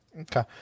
Okay